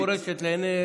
חבר הכנסת דנון,